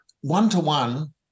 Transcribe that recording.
one-to-one